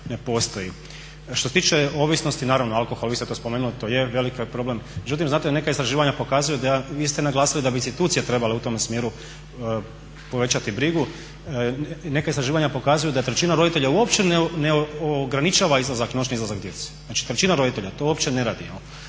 ne postoji. Što se tiče ovisnosti, naravno alkohol, vi ste to spomenuli, to je veliki problem. Međutim, znate neke istraživanja pokazuju da, vi ste naglasili da bi institucije trebale u tom smjeru povećati brigu. I neka istraživanja pokazuju da trećina roditelja uopće ne ograničava noćni izlazak djece. Znači trećina roditelja to uopće ne radi.